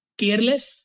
careless